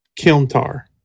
Kilntar